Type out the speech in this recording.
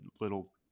little